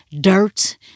dirt